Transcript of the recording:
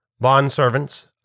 Bond-servants